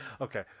Okay